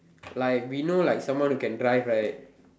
like we know like someone who can drive right